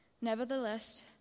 Nevertheless